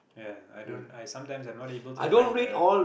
ya i don't I sometimes I'm not able to find the